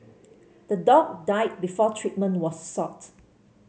the dog died before treatment was sought